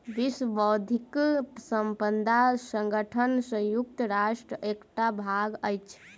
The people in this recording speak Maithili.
विश्व बौद्धिक संपदा संगठन संयुक्त राष्ट्रक एकटा भाग अछि